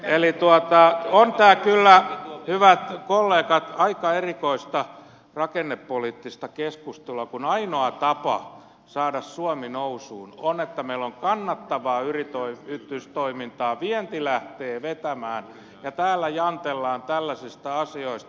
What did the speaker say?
eli on tämä kyllä hyvät kollegat aika erikoista rakennepoliittista keskustelua kun ainoa tapa saada suomi nousuun on että meillä on kannattavaa yritystoimintaa vienti lähtee vetämään ja täällä jantellaan tällaisista asioista